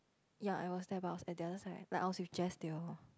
ya I was there but I was at the other side like I was with Jess they all